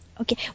Okay